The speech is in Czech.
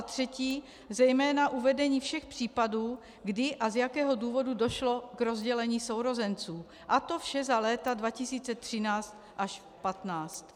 3. zejména uvedení všech případů, kdy a z jakého důvodu došlo k rozdělení sourozenců, a to vše za léta 201315.